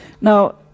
now